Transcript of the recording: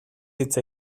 hitz